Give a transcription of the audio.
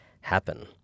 happen